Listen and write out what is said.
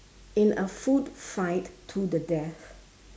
in a food fight to the death